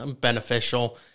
beneficial